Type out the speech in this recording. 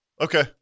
Okay